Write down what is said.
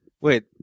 Wait